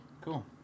Cool